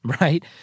right